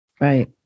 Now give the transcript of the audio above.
Right